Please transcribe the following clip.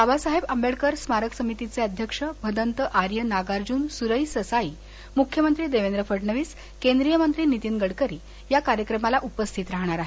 बाबासाहेब आंबेडकर स्मारक समितीचे अध्यक्ष भदंत आर्य नागार्जून सुरई ससाई मुख्यमंत्री देवेंद्र फडणवीस केंद्रीयमंत्री नितीन गडकरी या कार्यक्रमाला उपस्थित राहणार आहेत